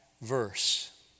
verse